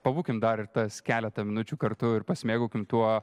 pabūkim dar tas keletą minučių kartu ir pasimėgaukim tuo